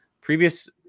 Previous